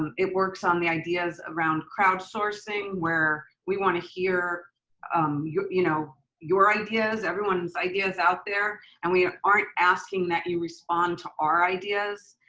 um it works on the ideas around crowdsourcing where we wanna hear your you know your ideas, everyone's ideas out there, and we aren't asking that you respond to our ideas.